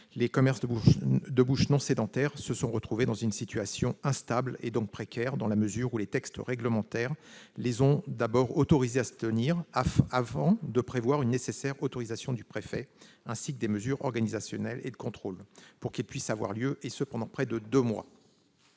les commerces de bouche non sédentaires se sont retrouvés dans une situation instable et précaire, dans la mesure où les textes réglementaires les ont d'abord autorisés à poursuivre leur activité, avant de prévoir une nécessaire autorisation du préfet, ainsi que des mesures organisationnelles et de contrôle pour qu'ils puissent fonctionner, et ce pendant près de deux mois.